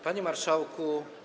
Panie Marszałku!